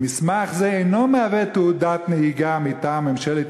כי מסמך זה אינו מהווה תעודת נהיגה מטעם ממשלת